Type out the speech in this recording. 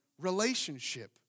relationship